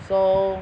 so